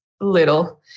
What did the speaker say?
little